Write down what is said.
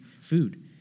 food